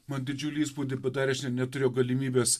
man didžiulį įspūdį padarė neturėjau galimybės